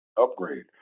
upgrade